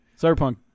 Cyberpunk